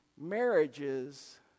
Marriages